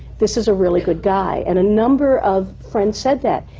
this is a really good guy. and a number of friends said that.